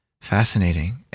Fascinating